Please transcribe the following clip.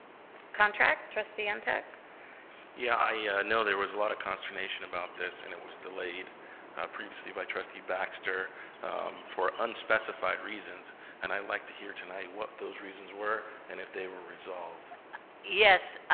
contract trustee mtech yeah i yeah know there was a lot of consternation about this and it was delayed previously by trustee baxter for unspecified reasons and i'd like to hear tonight what those reasons were and if they were resolved yes